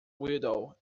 widow